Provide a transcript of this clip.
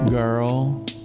Girl